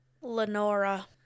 Lenora